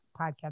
podcast